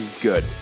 good